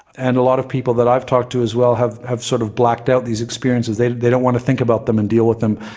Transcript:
and a lot of people that i've talked to as well have have sort of blacked out these experiences, they they don't want to think about them and deal with them,